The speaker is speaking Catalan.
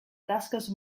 tasques